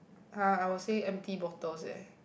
ah I will say empty bottles eh